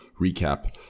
recap